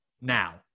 now